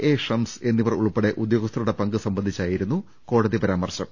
A Shams എന്നിവർ ഉൾപ്പെടെ ഉദ്യോഗസ്ഥരുടെ പങ്ക് സംബന്ധിച്ചായി രുന്നു കോടതി പരാമർശം